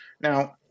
Now